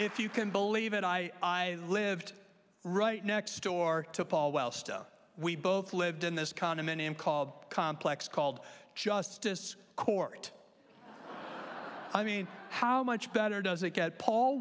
if you can believe it i i lived right next door to paul well stuff we both lived in this condominium called complex called justice court i mean how much better does it get paul